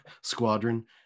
Squadron